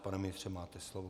Pane ministře, máte slovo.